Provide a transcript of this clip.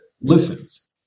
listens